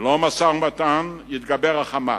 ללא משא-ומתן יתגבר ה"חמאס".